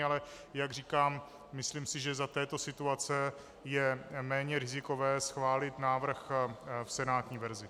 Ale jak říkám, myslím si, že za této situace je méně rizikové schválit návrh v senátní verzi.